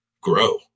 grow